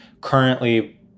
currently